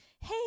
hey